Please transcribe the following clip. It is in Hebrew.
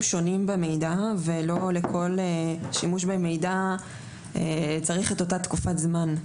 שונים במידע ולא לכל שימוש במידע צריך את אותה תקופת זמן.